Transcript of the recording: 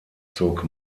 zog